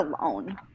alone